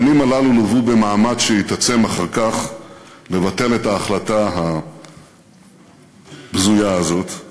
השנים הללו לוו במאמץ שהתעצם אחר כך לבטל את ההחלטה הבזויה הזאת.